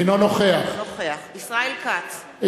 אינו נוכח ישראל כץ,